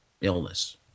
illness